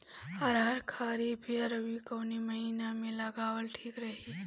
अरहर खरीफ या रबी कवने महीना में लगावल ठीक रही?